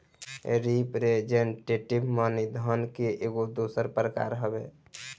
representative money धन के एगो दोसर प्रकार हवे